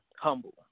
humble